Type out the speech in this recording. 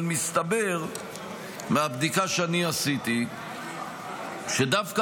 אבל מהבדיקה שאני עשיתי מסתבר שדווקא